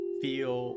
feel